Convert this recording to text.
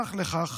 שהוסמך לכך